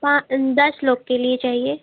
पा दस लोगों के लिए चाहिए